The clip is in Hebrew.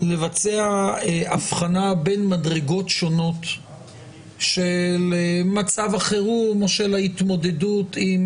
לבצע הבחנה בין מדרגות שונות של מצב החירום או של ההתמודדות עם